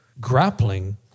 grappling